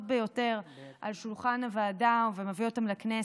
ביותר על שולחן הוועדה ומביא אותן לכנסת.